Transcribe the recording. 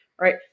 right